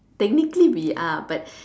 technically we are but